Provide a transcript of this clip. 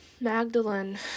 Magdalene